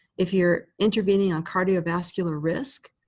if you're intervening on cardiovascular risk,